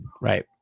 Right